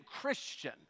Christian